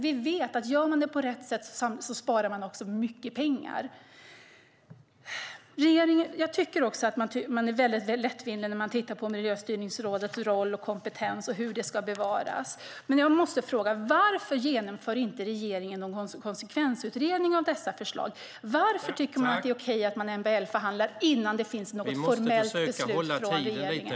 Vi vet att om det görs på rätt sätt sparar vi mycket pengar. Jag tycker dessutom att regeringen på ett lättvindigt sätt tittar på Miljöstyrningsrådets roll och kompetens och hur det ska bevaras. Jag måste fråga: Varför genomför regeringen inte någon konsekvensutredning av dessa förslag? Varför tycker regeringen att det är okej att man MBL-förhandlar innan det finns något formellt beslut från regeringen?